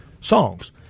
songs